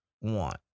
want